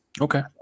Okay